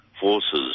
forces